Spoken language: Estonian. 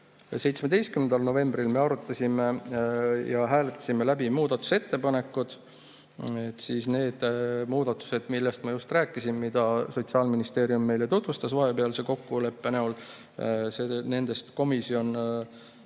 17. novembril me arutasime ja hääletasime läbi muudatusettepanekud. Kõigepealt need muudatused, millest ma just rääkisin, mida Sotsiaalministeerium meile tutvustas vahepealse kokkuleppe näol, komisjon